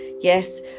Yes